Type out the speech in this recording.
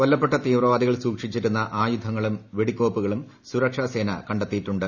കൊല്ലപ്പെട്ട തീവ്രവാദികൾ സൂക്ഷിച്ചിരുന്ന ആയുധങ്ങളും വെടികോപ്പുകളും സുരക്ഷാ സേന കണ്ടെത്തിയിട്ടുണ്ട്